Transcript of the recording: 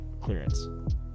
clearance